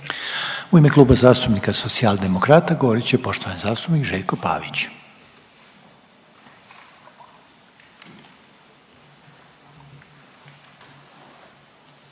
u ime Kluba zastupnika Socijaldemokrata govoriti poštovani zastupnik Davor